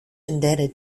indebted